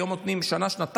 היום נותנים לשנה-שנתיים,